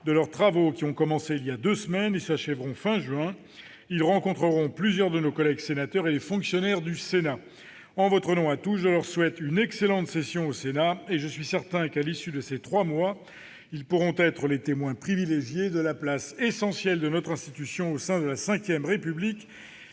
de leurs travaux, qui ont commencé il y a deux semaines et s'achèveront à la fin du mois de juin, ils rencontreront plusieurs de nos collègues sénateurs et des fonctionnaires du Sénat. En votre nom à tous, je leur souhaite une excellente session au Sénat, et je suis certain que, à l'issue de ces trois mois, ils pourront être les témoins privilégiés de la place essentielle de notre institution au sein de la V République